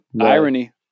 Irony